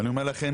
אני אומר לכם,